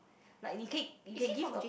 like you can you can give a